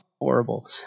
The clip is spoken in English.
Horrible